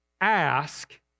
Ask